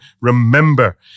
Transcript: remember